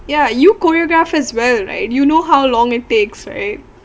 ya you choreograph as well right you know how long it takes right